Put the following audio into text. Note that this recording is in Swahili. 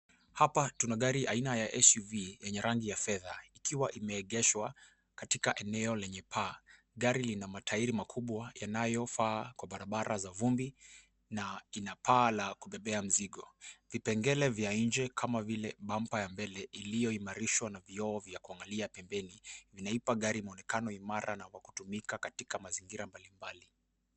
Hapa tuna gari aina ya SUV yenye rangi ya fedha; ikiwa imeegeshwa katika eneo lenye paa. Gari lina matairi makubwa yanayofaa kwa barabara za vumbi na ina paa la kubebea mzigo. Vipengele vya nje kama vile bumper ya mbele iliyoimarishwa na vioo vya kuangalia pembeni, inaipa gari mwonekano imara na wa kutumika katika mazingira mbalimbali.